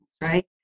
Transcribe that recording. right